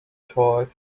toys